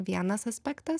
vienas aspektas